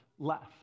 left